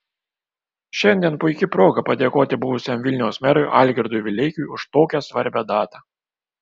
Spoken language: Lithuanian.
šiandien puiki proga padėkoti buvusiam vilniaus merui algirdui vileikiui už tokią svarbią datą